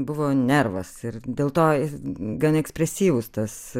buvo nervas ir dėl to jis gana ekspresyvus tas